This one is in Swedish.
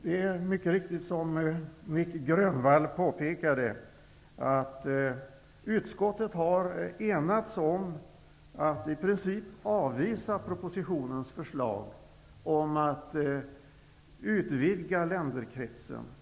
Det är mycket riktigt så, som Nic Grönvall påpekade, att utskottet har enats om att i princip avvisa förslaget i propositionen om att utvidga länderkretsen.